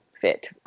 fit